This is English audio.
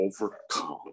overcome